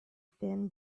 thin